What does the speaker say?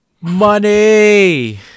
Money